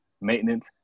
maintenance